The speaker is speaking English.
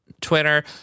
Twitter